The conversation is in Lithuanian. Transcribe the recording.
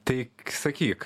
tai sakyk